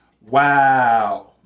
Wow